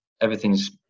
everything's